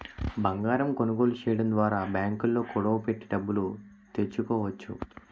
బంగారం కొనుగోలు చేయడం ద్వారా బ్యాంకుల్లో కుదువ పెట్టి డబ్బులు తెచ్చుకోవచ్చు